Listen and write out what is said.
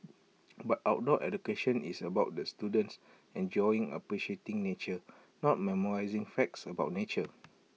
but outdoor education is about the students enjoying appreciating nature not memorising facts about nature